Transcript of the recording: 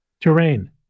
Terrain